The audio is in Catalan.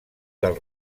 del